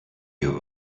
your